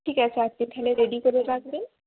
ঠিক আছে আপনি তাহলে রেডি করে রাখবেন